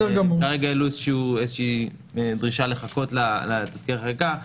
כרגע העלו איזושהי דרישה לחכות לתזכיר החקיקה.